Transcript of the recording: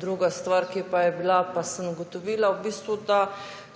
Druga stvar, ki pa je bila, pa sem ugotovila v bistvu, da